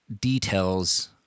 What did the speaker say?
details –